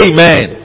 Amen